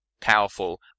powerful